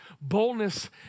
Boldness